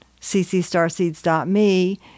ccstarseeds.me